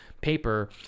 paper